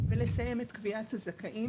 באתיופים?